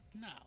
No